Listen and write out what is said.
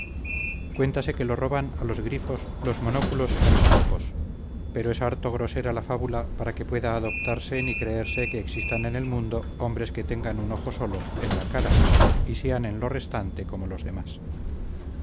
cuéntase que lo roban a los grifos los monóculos arimaspos pero es harto grosera la fábula para que pueda adoptarse ni creerse que existan en el mundo hombres que tengan un ojo solo en la cara y sean en lo restante como los demás